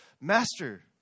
Master